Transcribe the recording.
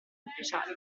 ufficiali